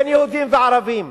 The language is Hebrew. בין יהודים לערבים,